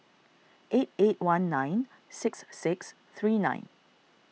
eight eight one nine six six three nine